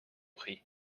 prie